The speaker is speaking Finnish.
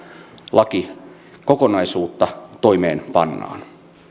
lakikokonaisuutta toimeenpannaan